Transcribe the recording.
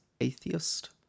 atheist